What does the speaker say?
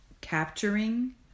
capturing